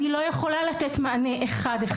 אני לא יכולה לתת מענה אחד אחד,